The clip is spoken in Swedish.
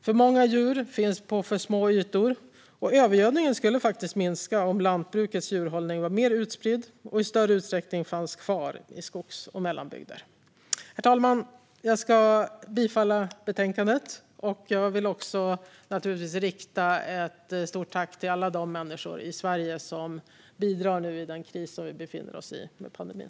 För många djur finns på för små ytor, och övergödningen skulle minska om lantbrukets djurhållning var mer utspridd och i större utsträckning fanns kvar i skogs och mellanbygder. Herr talman! Jag yrkar bifall till utskottets förslag i betänkandet. Jag vill också naturligtvis rikta ett stort tack till alla de människor i Sverige som bidrar i den kris vi nu befinner oss i med pandemin.